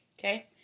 Okay